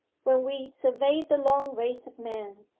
when we survey the long race of men,